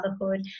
motherhood